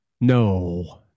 No